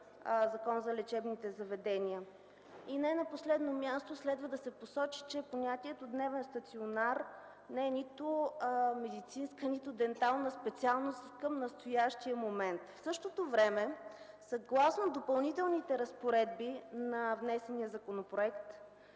Закон за лечебните заведения. И не на последно място, следва да се посочи, че понятието „Дневен стационар” не е нито медицинска, нито дентална специалност към настоящия момент. В същото време, съгласно Допълнителните разпоредби на внесения законопроект